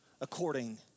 according